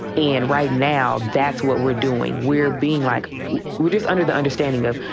and right now, that's what we're doing. we're being like we're just under the understanding of,